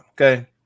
okay